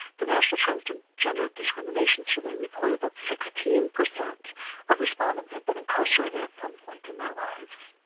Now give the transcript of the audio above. the national transgender discrimination survey reported that sixteen percent of respondents had been incarcerated at some point in their lives.